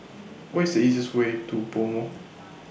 Where IS The easiest Way to Pomo